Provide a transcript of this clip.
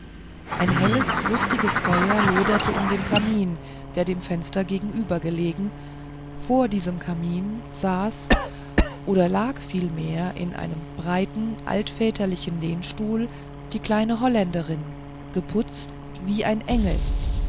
ein helles lustiges feuer loderte in dem kamin der dem fenster geradeüber gelegen vor diesem kamin saß oder lag vielmehr in einem breiten altväterischen lehnstuhl die kleine holländerin geputzt wie ein engel